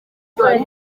hari